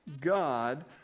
God